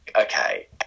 okay